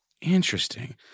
interesting